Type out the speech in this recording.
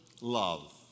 love